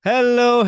Hello